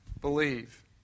believe